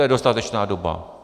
To je dostatečná doba.